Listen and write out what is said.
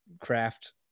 craft